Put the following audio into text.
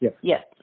yes